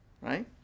right